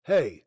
Hey